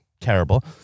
terrible